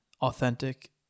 authentic